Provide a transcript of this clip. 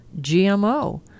GMO